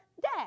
Dad